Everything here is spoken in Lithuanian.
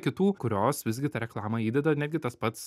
kitų kurios visgi tą reklamą įdeda netgi tas pats